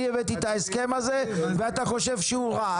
אני הבאתי את ההסכם הזה ואתה חושב שהוא רע.